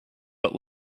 but